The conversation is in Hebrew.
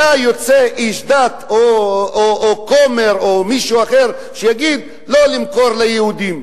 היה יוצא איש דת או כומר או מישהו אחר ואומר: לא למכור ליהודים.